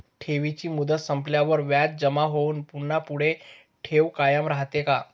ठेवीची मुदत संपल्यावर व्याज जमा होऊन पुन्हा पुढे ठेव कायम राहते का?